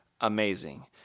amazing